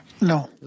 No